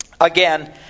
again